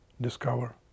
discover